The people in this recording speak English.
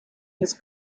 his